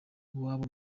iwabo